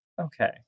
okay